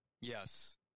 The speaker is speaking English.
Yes